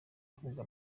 avuga